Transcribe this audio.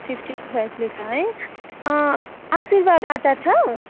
fifty फाइभले छ है आशीर्वाद आँटा छ